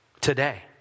today